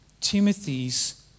Timothy's